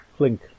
Flink